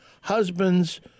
husband's